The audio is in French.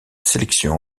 sélection